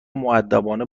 مودبانه